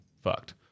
fucked